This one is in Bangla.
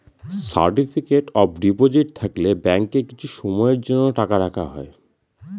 সার্টিফিকেট অফ ডিপোজিট থাকলে ব্যাঙ্কে কিছু সময়ের জন্য টাকা রাখা হয়